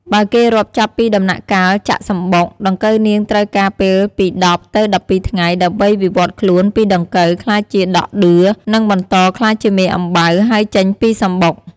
បើគេរាប់ចាប់ពីដំណាក់កាលចាក់សំបុក ដង្កូវនាងត្រូវការពេលពី១០ ទៅ១២ថ្ងៃ ដើម្បីវិវត្តន៍ខ្លួនពីដង្កូវ ក្លាយជាដក់ដឿ នឹងបន្តក្លាយជាមេអំបៅ ហើយចេញពីសំបុក។